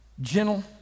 Gentle